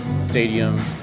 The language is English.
Stadium